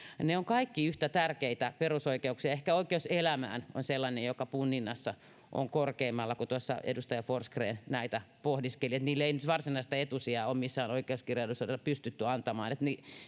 ne ovat kaikki yhtä tärkeitä perusoikeuksia ehkä oikeus elämään on sellainen joka punninnassa on korkeimmalla kun tuossa edustaja forsgren näitä pohdiskeli niille ei nyt varsinaista etusijaa ole missään oikeuskirjallisuudella pystytty antamaan